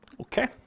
Okay